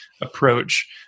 approach